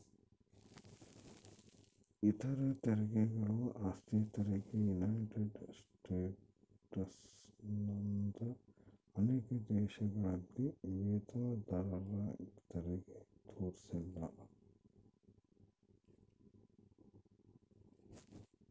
ಇತರ ತೆರಿಗೆಗಳು ಆಸ್ತಿ ತೆರಿಗೆ ಯುನೈಟೆಡ್ ಸ್ಟೇಟ್ಸ್ನಂತ ಅನೇಕ ದೇಶಗಳಲ್ಲಿ ವೇತನದಾರರತೆರಿಗೆ ತೋರಿಸಿಲ್ಲ